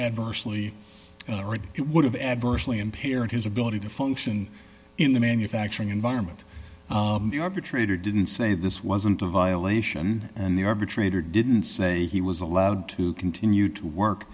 adversely it would have adversely impaired his ability to function in the manufacturing environment and the arbitrator didn't say this wasn't a violation and the arbitrator didn't say he was allowed to continue to work